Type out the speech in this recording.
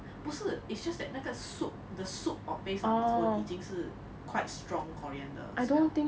不是 it's just that 那个 soup the soup or base own it's on 已经 quite strong coriander smell